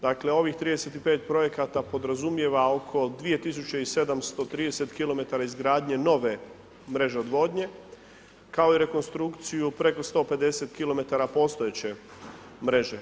Dakle, ovih 35 projekata podrazumijeva oko 2730 km izgradnje nove mreže odvodnje, kao i rekonstrukciju, preko 150 km postojeće mreže.